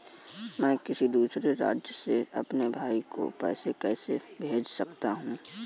मैं किसी दूसरे राज्य से अपने भाई को पैसे कैसे भेज सकता हूं?